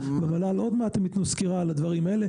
עוד מעט הם ייתנו סקירה על הדברים האלה.